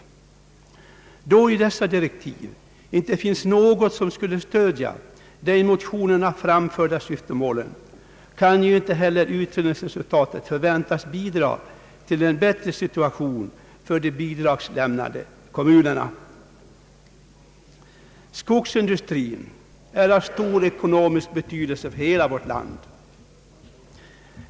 Då i dessa direktiv inte finns något som skulle innebära att de i motionerna angivna syftemålen uppnås, kan ju inte heller utredningsresultatet förväntas bidra till en bättre situation för de bidragslämnande kommunerna. Skogsindustrin är av stor ekonomisk betydelse för hela vårt land.